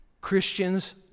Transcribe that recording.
Christians